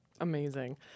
Amazing